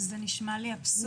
זה נשמע לי אבסורד גדול.